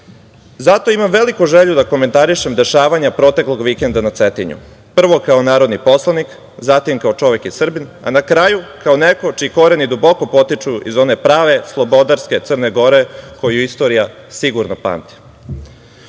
imam veliku želju da komentarišem dešavanja proteklog vikenda na Cetinju, prvo kao narodni poslanik, zatim, kao čovek i Srbin, a na kraju, kao neko čiji koreni duboko potiču iz one prave slobodarske Crne Gore koju istorija sigurno pamti. Ova